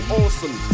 awesome